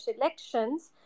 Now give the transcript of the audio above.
elections